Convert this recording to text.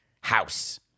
house